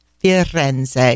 Firenze